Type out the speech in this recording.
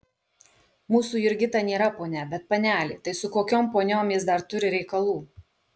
mūsų jurgita nėra ponia bet panelė tai su kokiom poniom jis dar turi reikalų